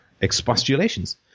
expostulations